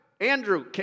Andrew